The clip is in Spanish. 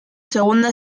segunda